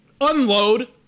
unload